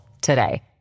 today